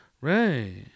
right